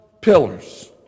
pillars